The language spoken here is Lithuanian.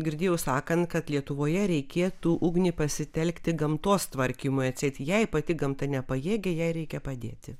girdėjau sakant kad lietuvoje reikėtų ugnį pasitelkti gamtos tvarkymui atseit jei pati gamta nepajėgia jai reikia padėti